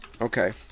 Okay